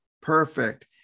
Perfect